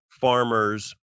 farmers